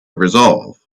resolve